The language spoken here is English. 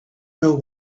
know